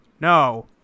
No